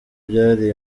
byari